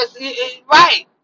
Right